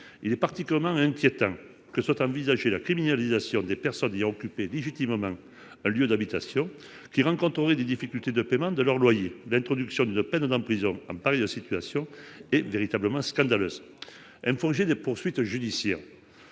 Il est parti comme un inquiétant que soit envisagé la criminalisation des personnes ayant occupé légitimement un lieu d'habitation qui rencontreraient des difficultés de paiement de leur loyer. L'introduction d'une peine d'emprisonnement à Paris la situation est véritablement scandaleuse. Un projet des poursuites judiciaires.